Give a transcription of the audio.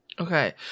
Okay